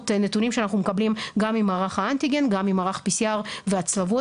נתונים שאנחנו מקבלים גם ממערך האנטיגן וגם ממערך ה-PCR והצלבות